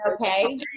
okay